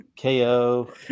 KO